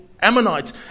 Ammonites